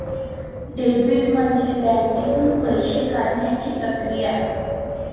debit म्हणजे बँकेतून पैसे काढण्याची प्रक्रिया